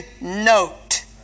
note